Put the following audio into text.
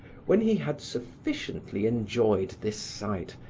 when he had sufficiently enjoyed this sight,